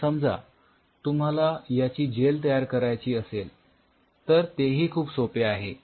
आता समजा तुम्हाला याची जेल तयार करायची असेल तर तेही खूप सोपे आहे